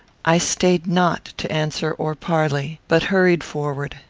i stayed not to answer or parley, but hurried forward.